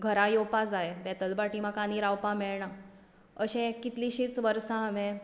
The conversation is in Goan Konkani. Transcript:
घरा येवपा जाय बेतलबाटी म्हाका आनी रावपा मेळना अशें कितलिशींच वर्सां हांवे